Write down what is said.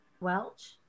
Welch